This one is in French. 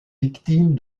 victimes